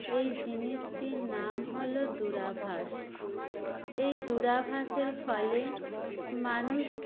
এই জিনিসটির নাম হল দূরভাষ এই দূরভাষের ফলে মানুষ